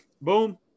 boom